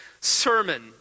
sermon